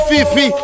Fifi